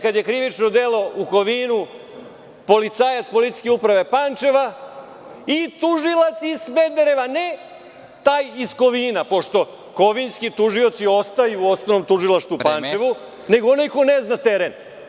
Kada je krivično delo u Kovinu izlaziće policajac Policijske uprave Pančevo i tužilac iz Smedereva, a ne taj iz Kovina, pošto kovinski tužioci ostaju u tužilaštvu u Pančevu, nego onaj ko ne zna teren.